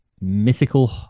mythical